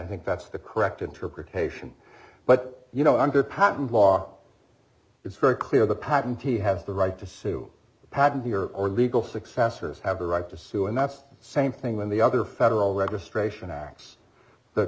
think that's the correct interpretation but you know i'm good patent law it's very clear the patentee have the right to sue the patent here or legal successors have a right to sue and that's the same thing when the other federal registration acts the